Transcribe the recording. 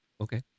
Okay